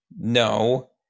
No